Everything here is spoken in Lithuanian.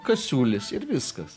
kasiulis ir viskas